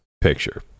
picture